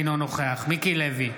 אינו נוכח מיקי לוי,